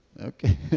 Okay